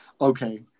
Okay